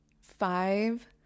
five